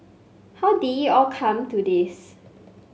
how did all come to this